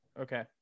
Okay